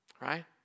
Right